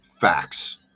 facts